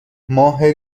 ماه